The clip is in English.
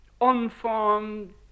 unformed